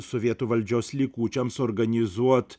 sovietų valdžios likučiams organizuot